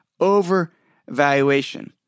overvaluation